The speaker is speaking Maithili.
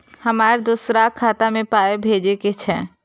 हमरा दोसराक खाता मे पाय भेजे के छै?